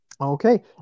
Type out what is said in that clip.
Okay